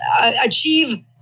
achieve